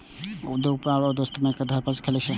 ऊ दुपहर मे अपन दोस्तक घर शलजम खेलकै